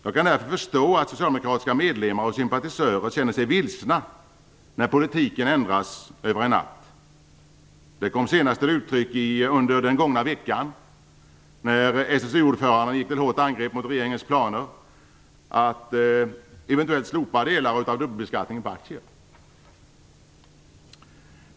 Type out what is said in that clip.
Jag kan därför förstå att socialdemokratiska medlemmar och sympatisörer känner sig vilsna när politiken ändras över en natt. Det kom senast till uttryck under den gångna veckan när SSU-ordföranden gick till hårt angrepp mot regeringens planer att eventuellt slopa delar av dubbelbeskattningen på aktier.